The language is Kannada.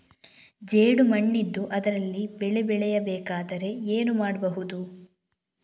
ಜೇಡು ಮಣ್ಣಿದ್ದು ಅದರಲ್ಲಿ ಬೆಳೆ ಬೆಳೆಯಬೇಕಾದರೆ ಏನು ಮಾಡ್ಬಹುದು?